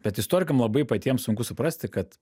bet istorikam labai patiems sunku suprasti kad